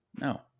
No